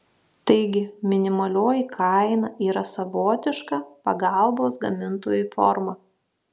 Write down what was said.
taigi minimalioji kaina yra savotiška pagalbos gamintojui forma